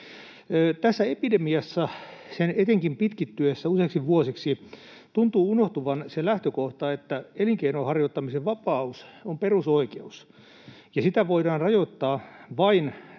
Tässä epidemiassa sen etenkin pitkittyessä useiksi vuosiksi tuntuu unohtuvan se lähtökohta, että elinkeinon harjoittamisen vapaus on perusoikeus ja sitä voidaan rajoittaa vain